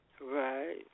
Right